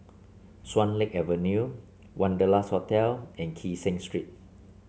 Swan Lake Avenue Wanderlust Hotel and Kee Seng Street